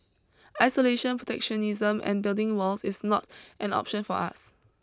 isolation protectionism and building walls is not an option for us